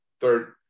Third